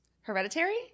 Hereditary